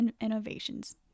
innovations